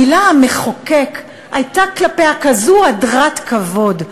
המילה "המחוקק", הייתה כלפיה כזו הדרת כבוד.